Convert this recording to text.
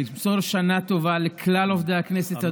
ולמסור שנה טובה לכלל עובדי הכנסת.